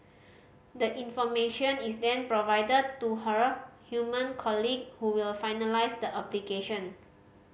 the information is then provided to her human colleague who will finalise the application